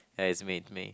ya it's me it's me